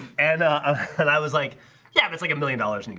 and ah and i was like yeah, that's like a million dollars and